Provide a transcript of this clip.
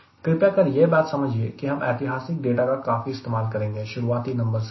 कृपया कर यह बात समझिए कि हम ऐतिहासिक डेटा का काफी इस्तेमाल करेंगे शुरुआती नंबर्स के लिए